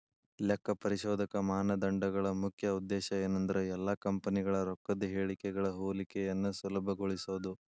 ಲೆಕ್ಕಪರಿಶೋಧಕ ಮಾನದಂಡಗಳ ಮುಖ್ಯ ಉದ್ದೇಶ ಏನಂದ್ರ ಎಲ್ಲಾ ಕಂಪನಿಗಳ ರೊಕ್ಕದ್ ಹೇಳಿಕೆಗಳ ಹೋಲಿಕೆಯನ್ನ ಸುಲಭಗೊಳಿಸೊದು